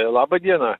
laba diena